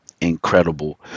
incredible